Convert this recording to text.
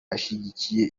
ashyigikiye